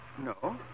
No